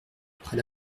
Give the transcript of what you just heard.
après